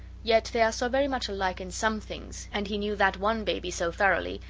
yet they are so very much alike in some things, and he knew that one baby so thoroughly,